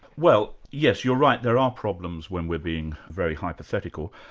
well yes, you're right, there are problems when we're being very hypothetical.